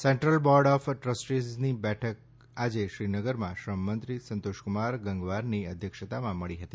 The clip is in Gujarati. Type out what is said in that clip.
સેન્ટ્રલ બોર્ડ ઓફ ટ્રસ્ટીની બેઠક આજે શ્રીનગરમાં શ્રમમંત્રી સંતોષકુમાર ગંગવારની અધ્યક્ષતામાં મળી હતી